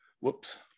Whoops